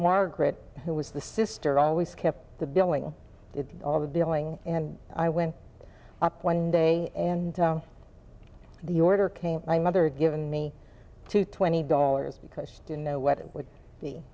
margaret who was the sister always kept the billing it all the dealing and i went up one day and the order came my mother given me to twenty dollars because she didn't know what it would be